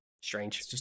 Strange